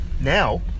now